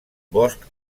bosc